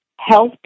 health